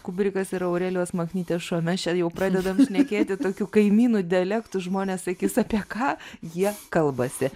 kubrikas yra aurelijos maknytės šuo mes čia jau pradedam šnekėti tokių kaimynų dialektų žmonės sakys apie ką jie kalbasi